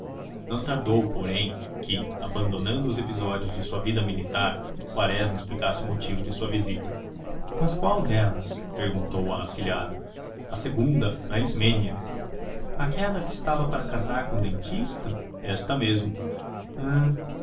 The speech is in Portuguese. não tardou porém que abandonando os episódios da sua vida militar quaresma explicasse o motivo de sua visita mas qual delas perguntou a afilhada a segunda a ismênia aquela que estava para casar com o dentista esta mesmo ahn